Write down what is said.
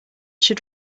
should